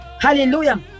hallelujah